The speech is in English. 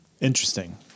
Interesting